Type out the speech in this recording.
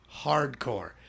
hardcore